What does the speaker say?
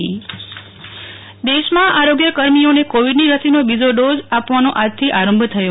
નેહ્લ ઠક્કર રસીકરણ બીજો દેશમાં આરોગ્ય કર્મીઓને કોવીડની રસીનો બીજો ડોઝ આપવાનો આજથી આરંભ થયો